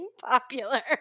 popular